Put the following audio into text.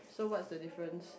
so what's the difference